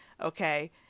Okay